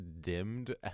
dimmed